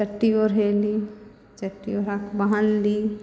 चट्टी ओढ़ैली चट्टी ओढ़ाकऽ बान्हली